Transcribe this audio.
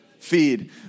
feed